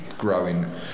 Growing